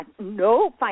no